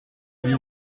étiez